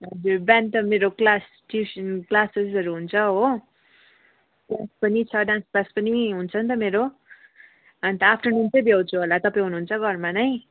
हजुर बिहान त मेरो क्लास ट्युसन क्लासेसहरू हुन्छ हो क्लास पनि छ डान्स क्लास पनि हुन्छ नि त मेरो अन्त आफ्टर नुन चाहिँ भ्याउँछु होला तपाईँ हुनु हुन्छ घरमा नै